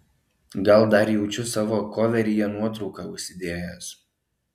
gal dar jaučiu savo koveryje nuotrauką užsidėjęs